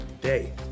day